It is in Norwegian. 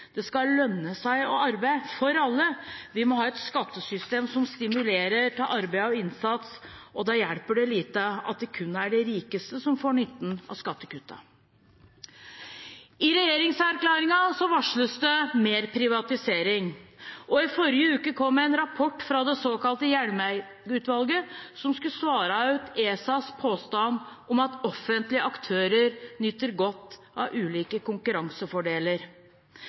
Det skal lønne seg for alle å arbeide. Vi må ha et skattesystem som stimulerer til arbeid og innsats, og da hjelper det lite at det kun er de rikeste som får nytten av skattekuttene. I regjeringserklæringen varsles det mer privatisering, og i forrige uke kom en rapport fra det såkalte Hjelmeng-utvalget, som skulle svare ut ESAs påstand om at offentlige aktører nyter godt av ulike konkurransefordeler.